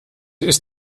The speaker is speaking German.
ist